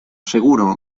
seguro